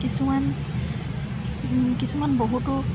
কিছুমান কিছুমান বহুতো